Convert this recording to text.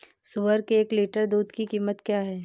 सुअर के एक लीटर दूध की कीमत क्या है?